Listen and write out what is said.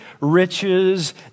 riches